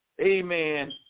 Amen